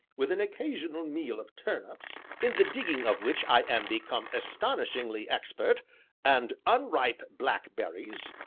with an occasional meal of turnips in the digging of which i am become astonishingly expert and unripe blackberries,